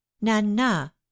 Nana